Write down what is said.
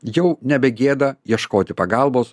jau nebe gėda ieškoti pagalbos